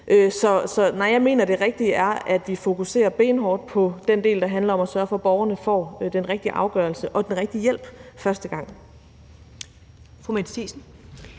Så nej, jeg mener, at det rigtige er, at vi fokuserer benhårdt på den del, der handler om at sørge for, at borgerne får den rigtige afgørelse og den rigtige hjælp første gang. Kl. 14:34 Første